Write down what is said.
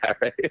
right